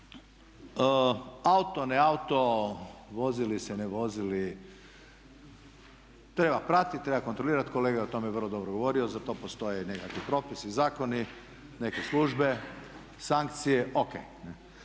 auto, ne auto, vozi li se, ne vozili treba pratit, treba kontrolirat. Kolega je o tome vrlo dobro govorio, za to postoje nekakvi propisi, zakoni, neke službe, sankcije. O.k.